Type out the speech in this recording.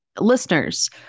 Listeners